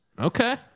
Okay